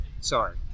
sorry